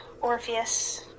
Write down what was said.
Orpheus